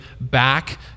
back